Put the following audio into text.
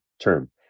term